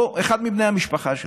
או אחד מבני המשפחה שלו,